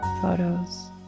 photos